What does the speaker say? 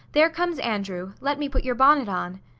there comes andrew. let me put your bonnet on.